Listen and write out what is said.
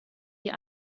die